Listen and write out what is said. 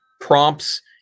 prompts